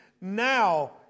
now